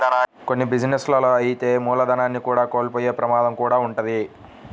కొన్ని బిజినెస్ లలో అయితే మూలధనాన్ని కూడా కోల్పోయే ప్రమాదం కూడా వుంటది